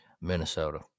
Minnesota